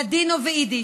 לדינו ויידיש,